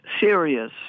serious